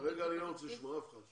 כרגע אני לא רוצה לשמוע אף אחד.